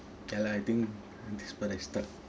ya lah I think this part I stuck